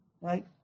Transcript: right